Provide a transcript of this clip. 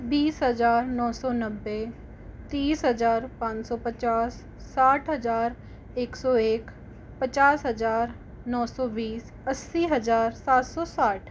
बीस हज़ार नौ सौ नब्बे तीस हज़ार पाँच सौ पचास साठ हज़ार एक सौ एक पचास हज़ार नौ सौ बीस अस्सी हज़ार सात सौ साठ